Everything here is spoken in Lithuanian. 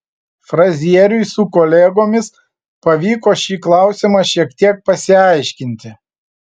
frazieriui su kolegomis pavyko šį klausimą šiek tiek pasiaiškinti